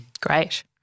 Great